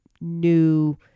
new